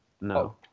No